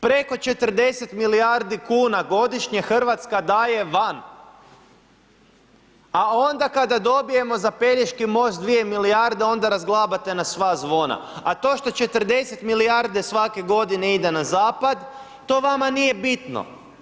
Preko 40 milijardi kuna godišnje Hrvatska daje van, a onda kada dobijemo za Pelješki most 2 milijarde, onda razglabate na sva zvona, a to što 40 milijarde svake godine ide na zapad, to vama nije bitno.